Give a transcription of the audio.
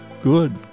Good